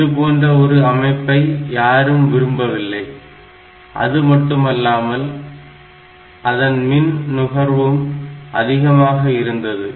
இதுபோன்ற ஒரு அமைப்பை யாரும் விரும்பவில்லை அதுமட்டுமல்லாமல் அதன் மின் நுகர்வும் அதிகமாக இருந்தது